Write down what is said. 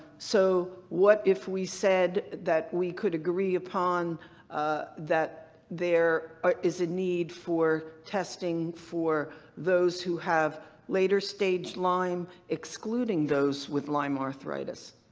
so what if we said that we could agree upon that there ah is a need for testing for those who have later staged lyme excluding those with lyme arthritis?